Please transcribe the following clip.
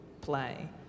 play